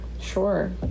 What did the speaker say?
Sure